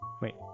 wait